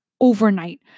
overnight